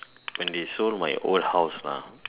when they sold my old house lah